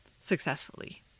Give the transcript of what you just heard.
successfully